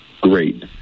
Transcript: great